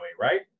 right